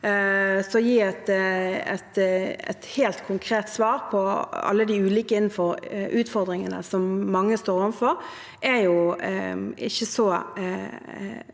Å gi et helt konkret svar på alle de ulike utfordringene som mange står overfor, blir